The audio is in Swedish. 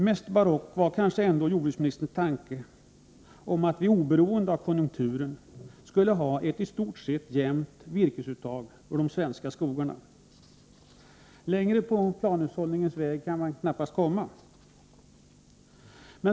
Mest barock var kanske ändå jordbruksministerns tanke att vi oberoende av konjunkturen skulle ha ett i stort sett jämnt virkesuttag ur de svenska skogarna. Längre än så på planhushållningens väg kan man knappast komma.